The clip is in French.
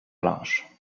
blanches